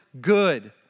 good